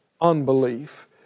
unbelief